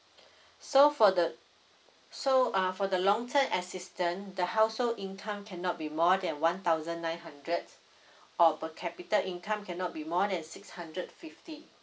so for the so uh for the long term assistant the household income cannot be more than one thousand nine hundred or per capita income cannot be more than six hundred fifty